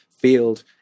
field